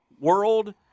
world